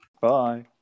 Bye